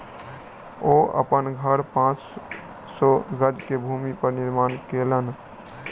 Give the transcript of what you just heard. ओ अपन घर पांच सौ गज के भूमि पर निर्माण केलैन